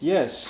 Yes